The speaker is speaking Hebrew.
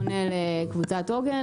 הוא פונה לקבוצת עוגן,